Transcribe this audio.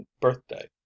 birthday